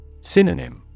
Synonym